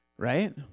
right